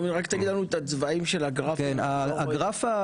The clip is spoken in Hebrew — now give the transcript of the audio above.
רק תגיד לנו את הצבעים של הגרפים כי לא רואים.